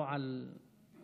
לא על התפקידים,